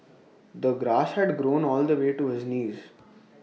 the grass had grown all the way to his knees